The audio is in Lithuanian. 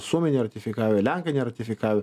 suomiai neratifikavę lenkai neratifikavę